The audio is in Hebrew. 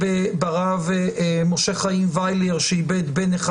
ברב משה חיים ויילר שאיבד בן אחד